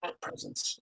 presence